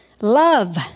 love